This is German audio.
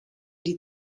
die